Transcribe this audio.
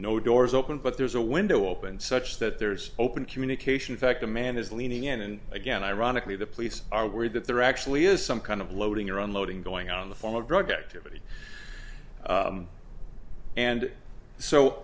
no doors open but there's a window opened such that there's open communication fact the man is leaning in and again ironically the police are worried that there actually is some kind of loading or unloading going on the form of drug activity and